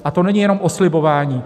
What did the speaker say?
A to není jenom o slibování.